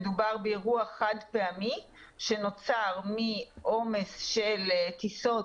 מדובר באירוע חד-פעמי שנוצר מעומס של טיסות